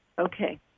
Okay